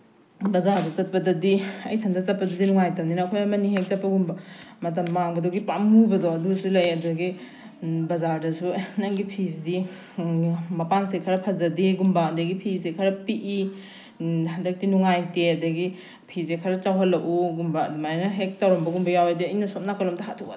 ꯕꯖꯥꯔꯗ ꯆꯠꯄꯗꯗꯤ ꯑꯩ ꯏꯊꯟꯗ ꯆꯠꯄꯗꯨꯗꯤ ꯅꯨꯡꯉꯥꯏꯇꯕꯅꯤꯅ ꯑꯩꯈꯣꯏ ꯑꯃꯅꯤ ꯍꯦꯛ ꯆꯠꯄꯒꯨꯝꯕ ꯃꯇꯝ ꯃꯥꯡꯕꯗꯨꯒꯤ ꯄꯥꯝꯃꯨꯕꯗꯣ ꯑꯗꯨꯁꯨ ꯂꯩ ꯑꯗꯨꯗꯒꯤ ꯕꯖꯥꯔꯗꯁꯨ ꯑꯦ ꯅꯪꯒꯤ ꯐꯤꯁꯤꯗꯤ ꯃꯄꯥꯟꯁꯦ ꯈꯔ ꯐꯖꯗꯦꯒꯨꯝꯕ ꯑꯗꯒꯤ ꯐꯤꯁꯦ ꯈꯔ ꯄꯤꯛꯏ ꯍꯟꯗꯛꯇꯤ ꯅꯨꯡꯉꯥꯏꯇꯦ ꯑꯗꯒꯤ ꯐꯤꯁꯦ ꯈꯔ ꯆꯥꯎꯍꯜꯂꯛꯎꯒꯨꯝꯕ ꯑꯗꯨꯃꯥꯏꯅ ꯍꯦꯛ ꯇꯧꯔꯝꯕꯒꯨꯝꯕ ꯌꯥꯎꯑꯦ ꯑꯗꯩ ꯑꯩꯅ ꯁꯣꯝ ꯅꯥꯀꯟꯂꯣꯝꯗ